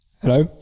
Hello